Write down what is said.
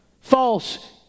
false